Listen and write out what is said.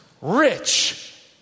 rich